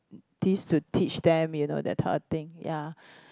things to teach them you know that type of thing ya